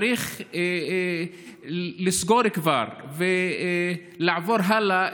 צריך לסגור כבר ולעבור הלאה,